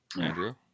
Andrew